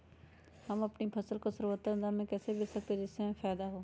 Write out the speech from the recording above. हम अपनी फसल को सर्वोत्तम दाम में कैसे बेच सकते हैं जिससे हमें फायदा हो?